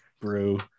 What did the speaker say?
brew